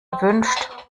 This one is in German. erwünscht